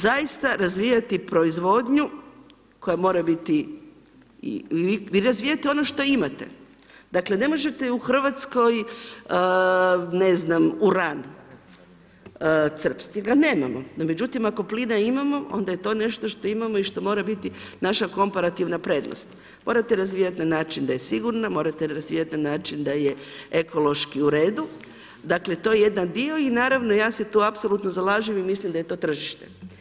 Zaista razvijati proizvodnju koja mora biti i razvijate ono što imate, dakle ne možete u Hrvatskoj ne znam, uran crpsti jer ga nemamo, no međutim ako plina imamo onda je to nešto što imamo i što mora biti naša komparativna prednost, morate razvijati na način da je sigurna, morate razvijat na način da je ekološki uredu, dakle to je jedan dio i naravno ja se tu apsolutno zalažem i mislim da je to tržište.